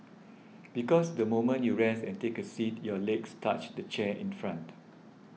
because the moment you rest and take a seat your legs touch the chair in front